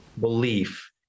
belief